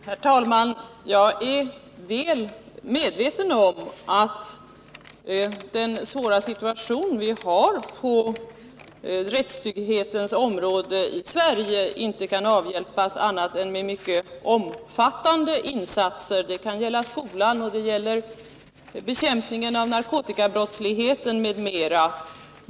Herr talman! Jag är väl medveten om att den svåra situationen på rättstrygghetens område i Sverige inte kan avhjälpas genom annat än mycket omfattande insatser. Det kan gälla skola, bekämpningen av narkotikabrottsligheten m.m.